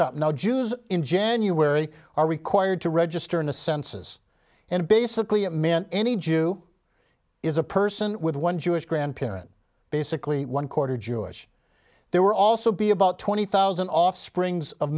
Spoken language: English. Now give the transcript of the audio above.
up no jews in january are required to register in a census and basically a man any jew is a person with one jewish grandparent basically one quarter jewish there were also be about twenty thousand offsprings of